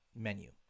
menu